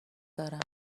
دارم